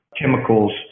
chemicals